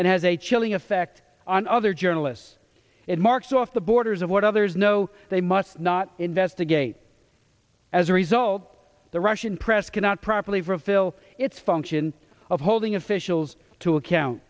and has a chilling effect on other journalists it marks off the borders of what others know they must not investigate as a result the russian press cannot properly for a fill its function of holding officials to account